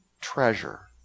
treasure